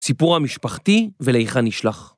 סיפור המשפחתי ולהיכן נשלח.